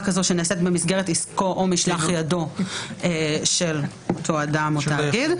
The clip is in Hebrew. כזאת שנעשית במסגרת עסקו או משלח ידו של אותו אדם או תאגיד.